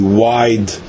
wide